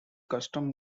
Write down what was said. custom